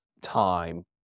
time